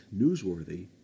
newsworthy